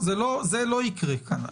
זה לא יקרה כאן.